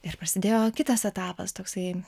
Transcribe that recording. ir prasidėjo kitas etapas toksai